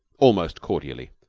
almost cordially.